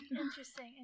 Interesting